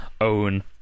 own